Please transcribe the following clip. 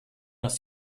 las